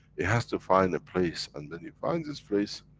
it has to find a place, and then it finds it's place,